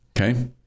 Okay